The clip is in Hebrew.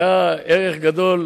טוב.